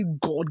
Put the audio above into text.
God